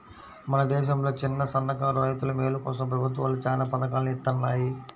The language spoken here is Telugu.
మన దేశంలో చిన్నసన్నకారు రైతుల మేలు కోసం ప్రభుత్వాలు చానా పథకాల్ని ఇత్తన్నాయి